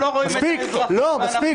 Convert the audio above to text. אין תקציב.